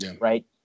right